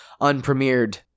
unpremiered